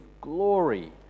glory